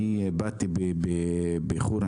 אני באתי באיחור,